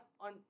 on